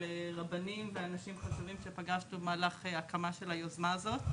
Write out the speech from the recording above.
רבנים ואנשים חשובים שפגשנו במהלך הקמת היוזמה הזאת.